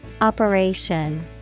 Operation